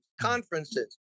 conferences